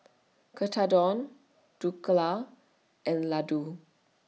Tekkadon Dhokla and Ladoo